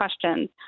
questions